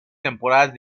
temporadas